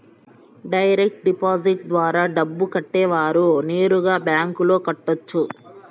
direct deposit ద్వారా డబ్బు కట్టేవాడు నేరుగా బ్యాంకులో కట్టొచ్చు